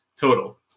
total